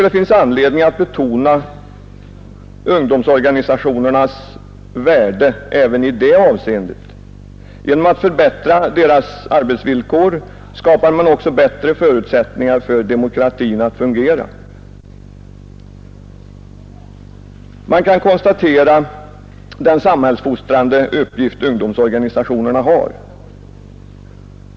Det finns anledning att betona ungdomsorganisationernas värde även i det avseendet. Genom att förbättra deras arbetsvillkor skapar man också bättre förutsättningar för demokratin att fungera. Man kan konstatera den samhällsfostrande uppgift som ungdomsorganisationerna har.